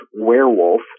werewolf